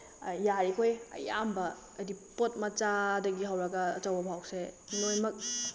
ꯌꯥꯔꯤꯈꯣꯏ ꯑꯌꯥꯝꯕ ꯑꯗꯤ ꯄꯣꯠ ꯃꯆꯥꯗꯒꯤ ꯍꯧꯔꯒ ꯑꯆꯧꯕ ꯐꯥꯎꯁꯦ ꯂꯣꯏꯃꯛ